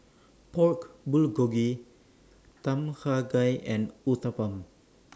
Pork Bulgogi Tom Kha Gai and Uthapam